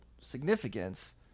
significance